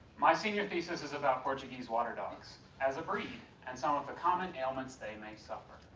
my senior thesis is about portuguese water dogs as a breed and some of the common ailments they may suffer.